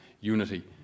unity